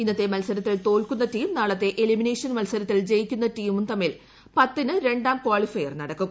ഇന്നത്തെ മൽസരത്തിൽ തോൽക്കുന്ന ടീമും നാളത്തെ എലിമിനേഷൻ മൽസരത്തിൽ ജയിക്കുന്ന ടീമും തമ്മിൽ പത്തിന് രണ്ടാം കാളിഫയർ നടക്കും